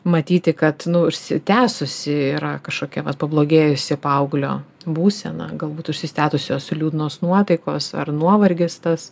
matyti kad užsitęsusi yra kažkokia vat pablogėjusi paauglio būsena galbūt užsitęsusios liūdnos nuotaikos ar nuovargis tas